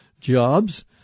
jobs